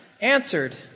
answered